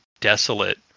desolate